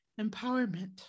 empowerment